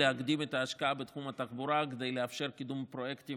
להקדים את ההשקעה בתחום התחבורה כדי לאפשר קידום פרויקטים